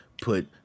put